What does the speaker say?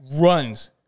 runs